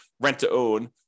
rent-to-own